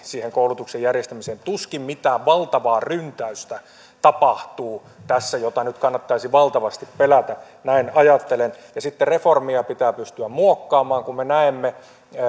siihen koulutuksen järjestämiseen tuskin mitään sellaista valtavaa ryntäystä tapahtuu tässä mitä nyt kannattaisi valtavasti pelätä näin ajattelen ja sitten reformia pitää pystyä muokkaamaan kun me näemme